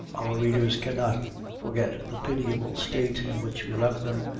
our readers cannot forget the pitiable state in which we left them,